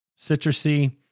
citrusy